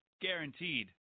Guaranteed